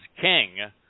king